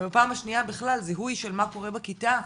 ופעם השנייה בכלל זיהוי של מה קורה בכיתה,